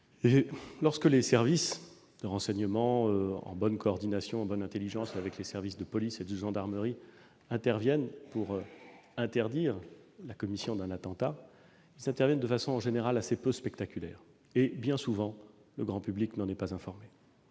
Lorsque les services de renseignement, en bonne coordination et intelligence avec les services de police et de gendarmerie, interviennent pour interdire la commission d'un attentat, ils le font en général de façon assez peu spectaculaire et, bien souvent, le grand public n'en est pas informé.